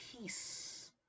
peace